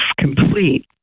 complete